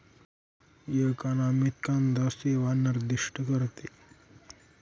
एक अनामित कांदा सेवा निर्दिष्ट करते